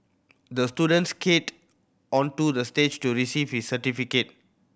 the student skated onto the stage to receive his certificate